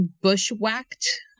bushwhacked